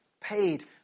paid